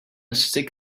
stick